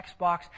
Xbox